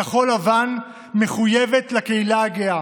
כחול לבן מחויבת לקהילה הגאה,